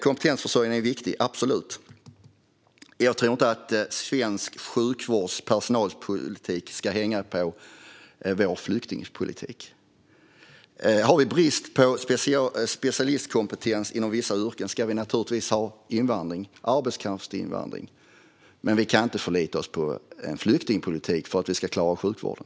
Kompetensförsörjningen är dock absolut viktig. Jag tror inte att personalsituationen inom svensk sjukvård hänger på vår flyktingpolitik. Finns det brist på specialkompetens inom vissa yrken ska vi naturligtvis ha en arbetskraftsinvandring. Men vi kan inte förlita oss på flyktingpolitiken för att klara av sjukvården.